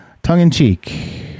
Tongue-in-cheek